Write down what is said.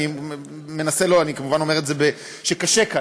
שקשה כאן,